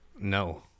No